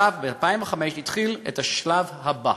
ב-2005 התחיל השלב הבא,